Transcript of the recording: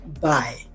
bye